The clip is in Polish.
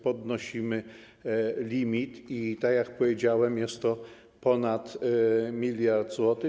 Podnosimy limit i tak jak powiedziałem, jest to ponad miliard złotych.